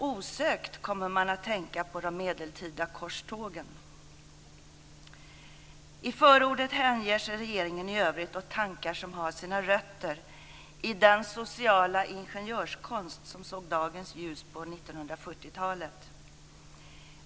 Osökt kommer man att tänka på de medeltida korstågen. I förordet hänger sig regeringen i övrigt åt tankar som har sina rötter i den sociala ingenjörskonst som såg dagens ljus på 1940-talet.